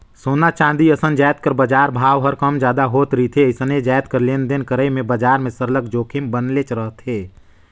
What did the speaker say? सोना, चांदी असन जाएत कर बजार भाव हर कम जादा होत रिथे अइसने जाएत कर लेन देन करई में बजार में सरलग जोखिम बनलेच रहथे